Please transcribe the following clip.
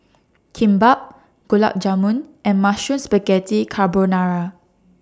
Kimbap Gulab Jamun and Mushroom Spaghetti Carbonara